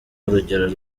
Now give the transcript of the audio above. urugero